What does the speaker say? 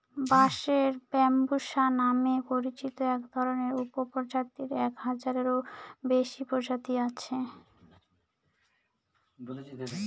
বাঁশের ব্যম্বুসা নামে পরিচিত একধরনের উপপ্রজাতির এক হাজারেরও বেশি প্রজাতি আছে